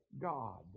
God